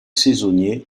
saisonnier